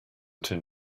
tin